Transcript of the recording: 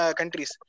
countries